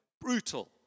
brutal